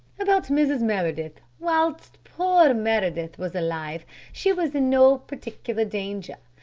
about mrs. meredith. whilst poor meredith was alive she was in no particular danger.